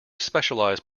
specialized